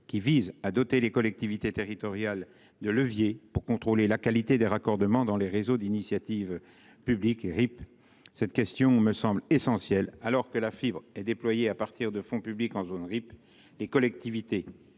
qui prévoit de doter les collectivités territoriales de leviers pour contrôler la qualité des raccordements dans les RIP. Cette question me semble essentielle. Alors que la fibre est déployée à partir de fonds publics dans les zones RIP, les collectivités